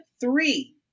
three